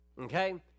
okay